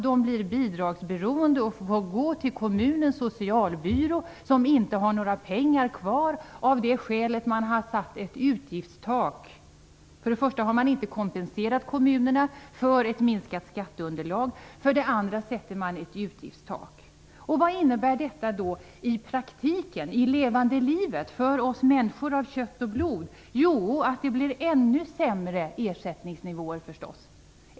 De blir bidragsberoende och får gå till kommunens socialbyrå, som inte har några pengar kvar av det skälet att man har satt ett utgiftstak. För det första har man inte kompenserat kommunerna för ett minskat skatteunderlag. För det andra sätter man ett utgiftstak. Vad innebär då detta i praktiken, i levande livet, för oss människor av kött och blod? Jo, naturligtvis att det blir ännu sämre ersättningsnivåer.